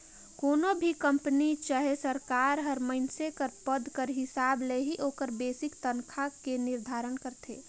कोनो भी कंपनी चहे सरकार हर मइनसे कर पद कर हिसाब ले ही ओकर बेसिक तनखा के निरधारन करथे